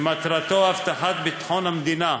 שמטרתו הבטחת ביטחון המדינה.